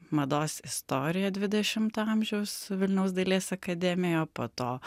mados istoriją dvidešimto amžiaus vilniaus dailės akademijoj po to